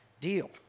deal